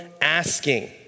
asking